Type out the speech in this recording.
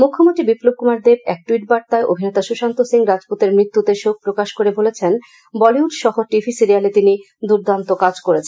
মুখ্যমন্ত্রী বিপ্লব কুমার দেব এক টুইট বার্তায় অভিনেতা সুশান্ত সিং রাজপুতের মৃত্যুতে শোক প্রকাশ করে বলেছেন বলিউড সহ টিভি সিরিয়ালে তিনি দুর্দান্ত কাজ করেছেন